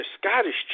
Scottish